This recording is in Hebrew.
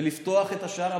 ולפתוח את השער,